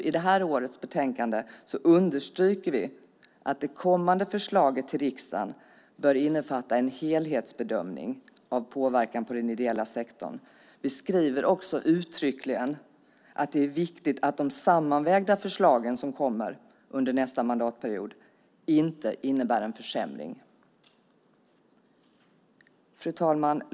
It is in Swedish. I det här årets betänkande understryker vi att det kommande förslaget till riksdagen bör innefatta en helhetsbedömning av påverkan på den ideella sektorn. Vi skriver också uttryckligen att det är viktigt att de sammanvägda förslagen som kommer under nästa mandatperiod inte innebär en försämring. Fru talman!